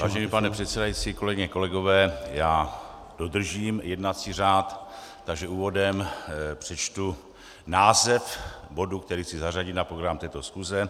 Vážený pane předsedající, kolegyně, kolegové, já dodržím jednací řád, takže úvodem přečtu název bodu, který chci zařadit na program této schůze.